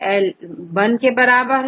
L 1 यह है